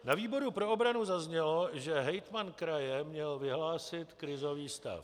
Na výboru pro obranu zaznělo, že hejtman kraje měl vyhlásit krizový stav.